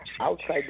Outside